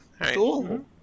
Cool